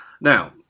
Now